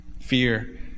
Fear